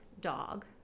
dog